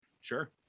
Sure